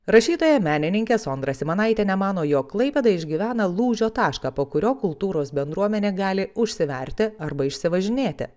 rašytoja menininkė sondra simanaitienė mano jog klaipėda išgyvena lūžio tašką po kurio kultūros bendruomenė gali užsiverti arba išsivažinėti